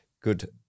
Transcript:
good